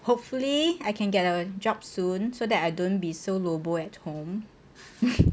hopefully I can get a job soon so that I don't be so LOBO at home